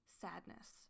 Sadness